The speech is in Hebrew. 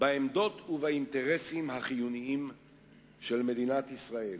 בעמדות ובאינטרסים החיוניים של מדינת ישראל.